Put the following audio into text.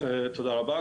תודה רבה,